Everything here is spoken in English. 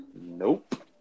Nope